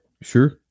sure